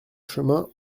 chemin